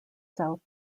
south